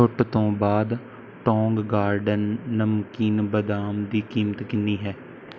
ਛੋਟ ਤੋਂ ਬਾਅਦ ਟੋਂਗ ਗਾਰਡਨ ਨਮਕੀਨ ਬਦਾਮ ਦੀ ਕੀਮਤ ਕਿੰਨੀ ਹੈ